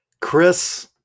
Chris